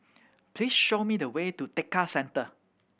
please show me the way to Tekka Centre